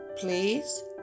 please